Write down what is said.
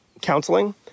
counseling